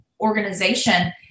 organization